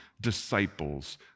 disciples